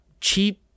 cheap